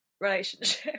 relationship